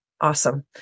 Awesome